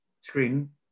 screen